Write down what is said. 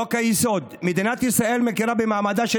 חוק-היסוד: "מדינת ישראל מכירה במעמדה של